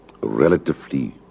relatively